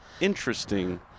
Interesting